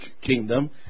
kingdom